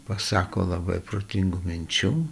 pasako labai protingų minčių